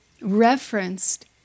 referenced